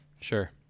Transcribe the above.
Sure